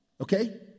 okay